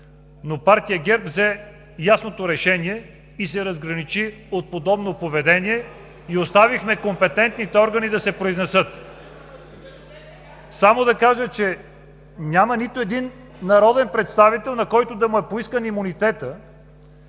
но партия ГЕРБ взе ясното решение и се разграничи от подобно поведение и оставихме компетентните органи да се произнесат. Само да кажа, че няма нито един народен представител, на който да му е поискан имунитетът,